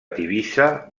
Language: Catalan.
tivissa